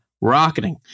rocketing